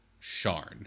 Sharn